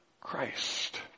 Christ